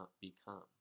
become